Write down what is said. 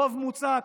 רוב מוצק,